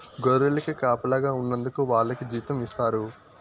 గొర్రెలకు కాపలాగా ఉన్నందుకు వాళ్లకి జీతం ఇస్తారు